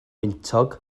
wyntog